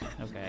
Okay